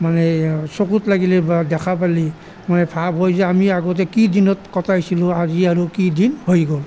মানে চকুত লাগিলেই বা দেখা পালেই মানে ভাৱ হয় যে আমি আগতে কি দিনত কটাইছিলোঁ আজি আৰু কি দিন হৈ গ'ল